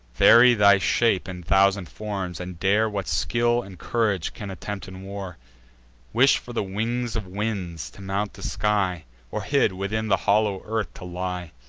vary thy shape in thousand forms, and dare what skill and courage can attempt in war wish for the wings of winds, to mount the sky or hid, within the hollow earth to lie!